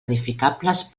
edificables